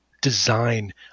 design